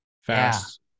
fast